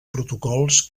protocols